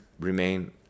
remain